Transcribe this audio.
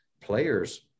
players